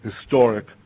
historic